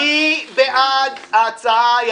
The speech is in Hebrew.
מי בעד ההצעה?